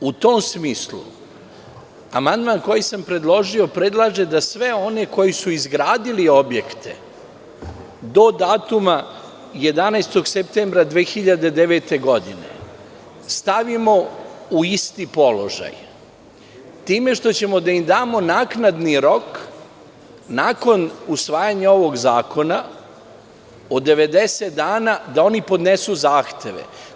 Amandman koji sam predložio predlaže da sve one koji su izgradili objekte do 11. septembra 2009. godine stavimo u isti položaj time što ćemo da im damo naknadni rok, nakon usvajanja ovog zakona, od 90 dana da oni podnesu zahteve.